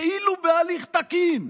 כאילו בהליך תקין.